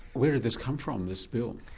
where did this come from, this bill?